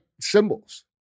symbols